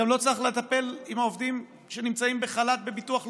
גם לא צריך לטפל בעובדים שנמצאים בחל"ת בביטוח לאומי,